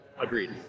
Agreed